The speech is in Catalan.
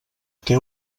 què